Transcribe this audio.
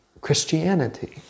Christianity